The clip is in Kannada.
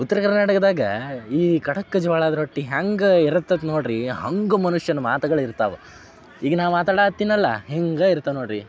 ಉತ್ರ ಕರ್ನಾಟಕ್ದಾಗೆ ಈ ಖಡಕ್ ಜೋಳದ ರೊಟ್ಟಿ ಹೆಂಗ್ ಇರುತ್ತದೆ ನೋಡಿರಿ ಹಂಗೆ ಮನುಷ್ಯನ ಮಾತುಗಳ್ ಇರ್ತವೆ ಈಗ ನಾನು ಮಾತಾಡ ಹತ್ತೀನಲ್ಲ ಹಿಂಗೆ ಇರ್ತವೆ ನೋಡ್ರಿ